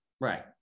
Right